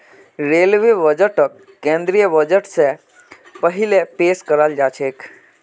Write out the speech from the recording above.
railway बजटक केंद्रीय budget स पहिले पेश कराल जाछेक